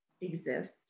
exist